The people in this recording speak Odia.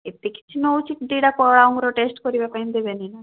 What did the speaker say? ଏତେ କେ ଜି ନେଉଛି ଦୁଇଟା ଅଙ୍ଗୁର ଟେଷ୍ଟ କରିବା ପାଇଁ ଦେବେନି ନା